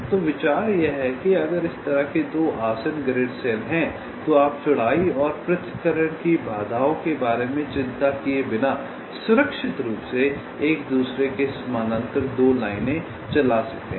तो विचार यह है कि अगर इस तरह के 2 आसन्न ग्रिड सेल हैं तो आप चौड़ाई और पृथक्करण की बाधाओं के बारे में चिंता किए बिना सुरक्षित रूप से एक दूसरे के समानांतर 2 लाइनें चला सकते हैं